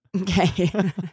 Okay